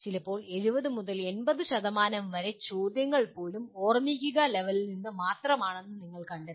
ചിലപ്പോൾ 70 മുതൽ 80 വരെ ചോദ്യങ്ങൾ പോലും ഓർമ്മിക്കുന്ന ലെവലിൽ മാത്രമാണെന്ന് നിങ്ങൾ കണ്ടെത്തും